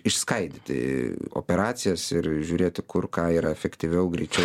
išskaidyti operacijas ir žiūrėti kur ką yra efektyviau greičiau